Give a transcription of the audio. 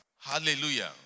Hallelujah